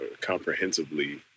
comprehensively